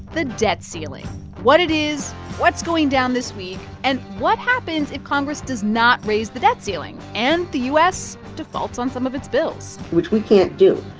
the debt ceiling what it is, what's going down this week and what happens if congress does not raise the debt ceiling and the u s. defaults on some of its bills which we can't do